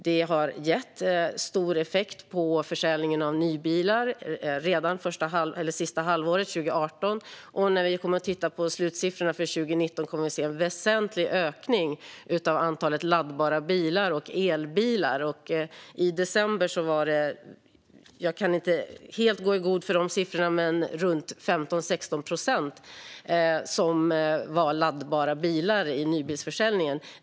Det gav stor effekt på försäljningen av nybilar redan sista halvåret 2018. När vi tittar på slutsiffrorna för 2019 kommer vi att se en väsentlig ökning av antalet laddbara bilar och elbilar. Jag kan inte helt gå i god för siffrorna, men i december var det alltså runt 15-16 procent som var laddbara bilar av nybilsförsäljningen.